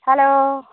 hello